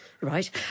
Right